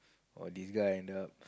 oh this guy end up